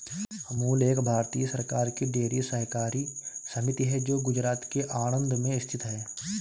अमूल एक भारतीय सरकार की डेयरी सहकारी समिति है जो गुजरात के आणंद में स्थित है